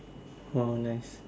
orh nice